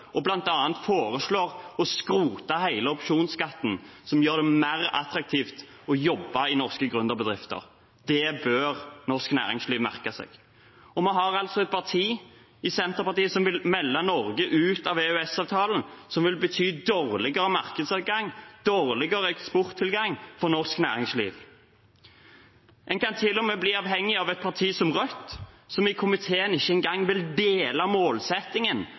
og bl.a. foreslår å skrote hele opsjonsskatten, som gjør det mer attraktivt å jobbe i norske gründerbedrifter. Det bør norsk næringsliv merke seg. Vi har altså et parti i Senterpartiet som vil melde Norge ut av EØS-avtalen, som vil bety dårligere markedsadgang og dårligere eksporttilgang for norsk næringsliv. En kan til og med bli avhengig av et parti som Rødt, som i komiteen ikke engang vil dele målsettingen